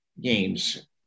games